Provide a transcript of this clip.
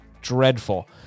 dreadful